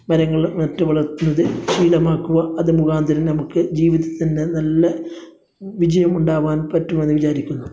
മരങ്ങൾ നട്ട് വളര്ത്തുന്നത് ശീലമാക്കുക അതു മുഖാന്തിരം നമുക്ക് ജീവിതത്തിന്റെ നല്ല വിജയം ഉണ്ടാവാന് പറ്റുമെന്ന് വിചാരിക്കുന്നു